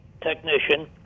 technician